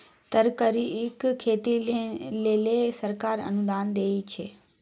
तरकारीक खेती लेल सरकार अनुदान दै छै की?